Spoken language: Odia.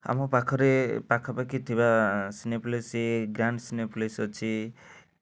ଆମ ପାଖରେ ପାଖାପାଖି ଥିବା ସିନେପ୍ଲେକ୍ସି ଗ୍ରାନ୍ସ ସିନେପ୍ଲେକ୍ସ ଅଛି